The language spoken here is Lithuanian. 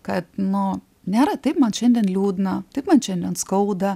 kad nu nėra taip man šiandien liūdna taip man šiandien skauda